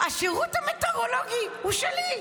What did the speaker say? השירות המטאורולוגי הוא שלי,